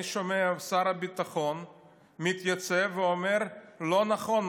אני שומע את שר הביטחון מתייצב ואומר: לא נכון,